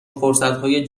فرصتهای